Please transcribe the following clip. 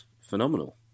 phenomenal